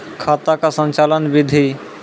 खाता का संचालन बिधि?